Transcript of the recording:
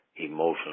emotionally